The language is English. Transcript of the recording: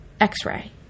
x-ray